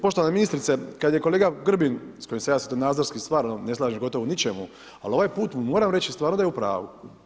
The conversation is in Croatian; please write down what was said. Poštovana ministrice, kada je kolega Grbin, s kojim se ja svjetonazorski stvarno ne slažem gotovo u ničemu, ali ovaj put mu moram reći, stvarno da je u pravu.